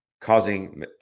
causing